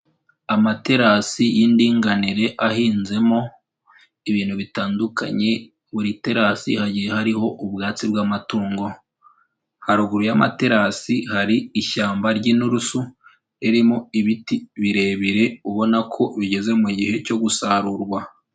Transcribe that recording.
Amaterasi y'indinganire ahinzemo ibintu bitandukanye, buri terasi hagiye hariho ubwatsi bw'amatungo. Haruguru y'amaterasi hari ishyamba ry'inturusu ririmo ibiti birebire, ubona ko rigeze mu gihe cyo gusarurwa.